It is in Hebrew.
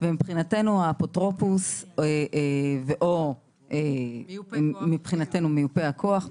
ומבחינתנו האפוטרופוס ו/או מבחינתנו מיופה הכוח,